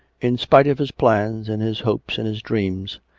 in spite of his plans and his hopes and his dreams,